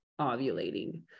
ovulating